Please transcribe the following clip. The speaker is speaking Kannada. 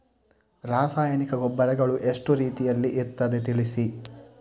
ರಾಸಾಯನಿಕ ಗೊಬ್ಬರಗಳು ಎಷ್ಟು ರೀತಿಯಲ್ಲಿ ಇರ್ತದೆ ತಿಳಿಸಿ?